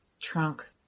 trunk